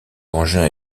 engins